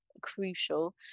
crucial